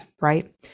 right